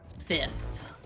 fists